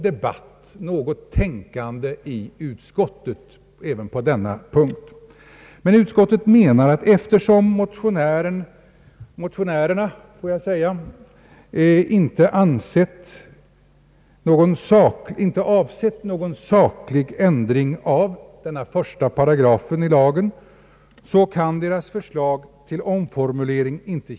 Detta är, fru Segerstedt Wiberg, inte ett uttryck för att vi har nonchalerat frågan och inte velat gå på djupet med den. Herr Kilsmos inlägg visar ändå att det förekommit någon debatt och något tänkande i utskottet även på denna punkt.